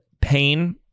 pain